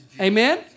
Amen